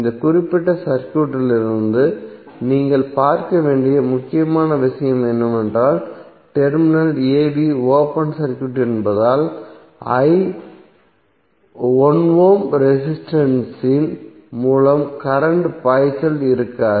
இந்த குறிப்பிட்ட சர்க்யூட்டிலிருந்து நீங்கள் பார்க்க வேண்டிய முக்கியமான விஷயம் என்னவென்றால் terminal a b open circuit என்பதால் 1 ஓம் ரெசிஸ்டன்ஸ் இன் மூலம் கரண்ட் பாய்ச்சல் இருக்காது